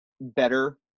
better